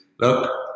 look